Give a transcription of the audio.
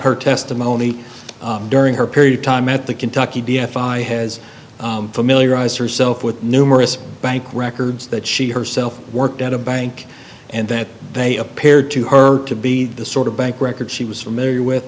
her testimony during her period of time at the kentucky d f i has familiarize yourself with numerous bank records that she herself worked at a bank and that they appeared to her to be the sort of bank records she was familiar with